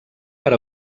per